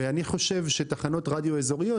ואני חושב שתחנות רדיו אזוריות,